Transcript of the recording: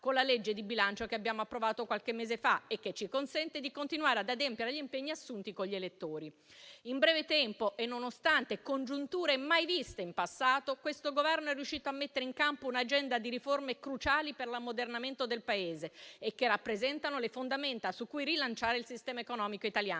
con la legge di bilancio che abbiamo approvato qualche mese fa e che ci consente di continuare ad adempiere agli impegni assunti con gli elettori. In breve tempo e nonostante congiunture mai viste in passato, il Governo è riuscito a mettere in campo un'agenda di riforme cruciali per l'ammodernamento del Paese, che rappresentano le fondamenta su cui rilanciare il sistema economico italiano.